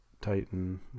Titan